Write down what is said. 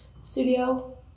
studio